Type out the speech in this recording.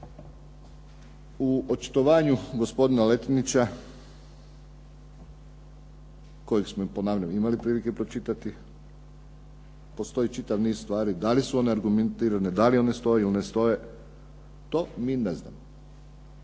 U očitovanju gospodina Letinića, kojeg smo i ponavljam imali prilike pročitati, postoji čitav niz stvari da li su one argumentirane, da li one stoje ili ne stoje. To mi ne znamo.